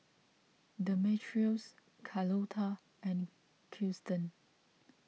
Demetrios Carlota and Kirsten